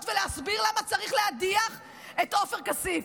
ולהסביר למה צריך להדיח את עופר כסיף.